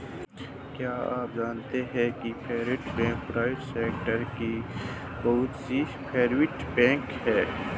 क्या आप जानते है फेडरल बैंक प्राइवेट सेक्टर की बहुत ही फेमस बैंक है?